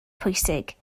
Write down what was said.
pwysig